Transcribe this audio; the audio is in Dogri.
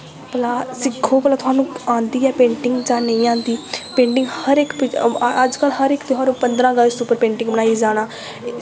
भला सिक्खो भला थोआनू आंदी ऐ पेंटिंग जां नेईं आंदी पेंटिंग हर इक अज्ज कल हर इक त्यहार उप्पर पंदरां अगस्त उप्पर पेंटिंग बनाइयै जाना एह्